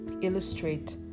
illustrate